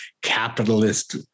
capitalist